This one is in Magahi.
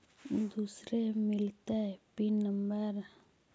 दुसरे मिलतै पिन नम्बर?